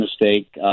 mistake